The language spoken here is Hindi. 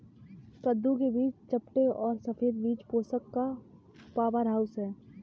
कद्दू के बीज चपटे और सफेद बीज पोषण का पावरहाउस हैं